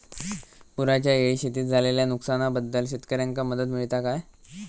पुराच्यायेळी शेतीत झालेल्या नुकसनाबद्दल शेतकऱ्यांका मदत मिळता काय?